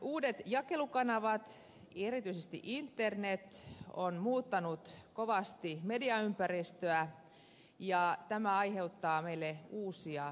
uudet jakelukanavat erityisesti internet ovat muuttaneet kovasti mediaympäristöä ja tämä aiheuttaa meille uusia haasteita